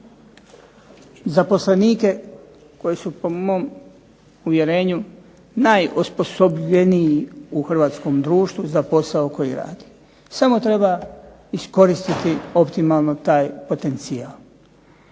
zaposlenike koji su po mom uvjerenju najosposobljeniji u hrvatskom društvu za posao koji radi. Samo treba iskoristiti optimalno taj potencijal.